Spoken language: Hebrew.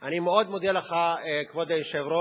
אני מאוד מודה לך, כבוד היושב-ראש.